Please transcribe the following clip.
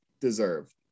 deserved